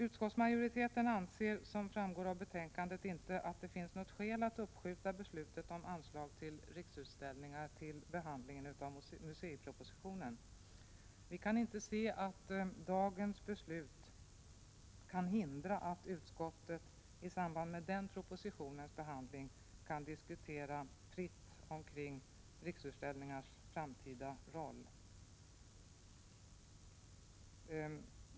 Utskottsmajoriteten anser, som framgår av betänkandet, inte att det finns skäl att uppskjuta beslutet om anslag till Riksutställningar till behandlingen av museipropositionen. Vi kan inte se att dagens beslut kan hindra att utskottet i samband med denna propositions behandling kan diskutera fritt omkring Riksutställningars framtida roll.